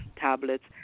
tablets